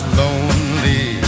lonely